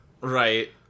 Right